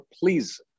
please